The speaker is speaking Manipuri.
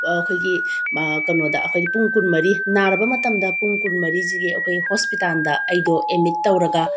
ꯑꯩꯈꯣꯏꯒꯤ ꯀꯩꯅꯣꯗ ꯄꯨꯡ ꯀꯨꯟꯃꯔꯤ ꯅꯥꯔꯕ ꯃꯇꯝꯗ ꯄꯨꯡ ꯀꯨꯟꯃꯔꯤꯁꯤꯒꯤ ꯑꯩꯈꯣꯏ ꯍꯣꯁꯄꯤꯇꯥꯜꯗ ꯑꯩꯗꯣ ꯑꯦꯠꯃꯤꯠ ꯇꯧꯔꯒ